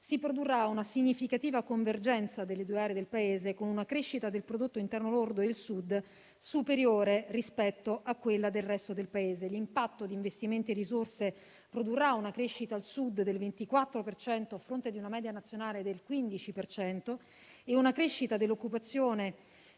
si produrrà una significativa convergenza delle due aree del Paese con una crescita del prodotto interno lordo del Sud superiore rispetto a quella del resto del Paese. L'impatto di investimenti e risorse produrrà una crescita al Sud del 24 per cento a fronte di una media nazionale del 15 per cento e una crescita dell'occupazione